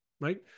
right